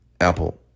Apple